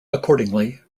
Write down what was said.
accordingly